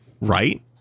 Right